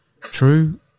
True